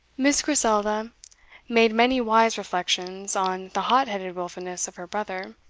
miss griselda made many wise reflections on the hot-headed wilfulness of her brother,